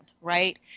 right